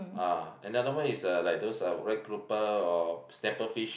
ah another one is uh like those uh red grouper or snapper fish